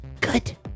Good